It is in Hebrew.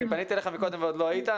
פנית אליך קודם ועדיין לא היית.